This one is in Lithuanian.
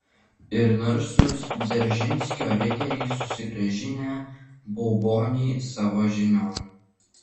ir narsūs dzeržinskio riteriai susigrąžinę baubonį savo žinion